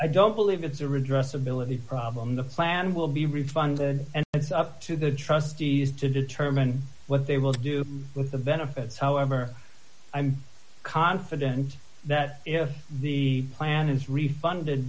i don't believe it's a redress ability problem the plan will be refunded and it's up to the trustees to determine what they will do with the benefits however i'm confident that if the plan is refunded